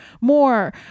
more